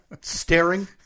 staring